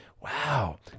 wow